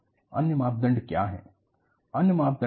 buckling as a failure mode अन्य मापदंड क्या है